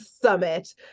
summit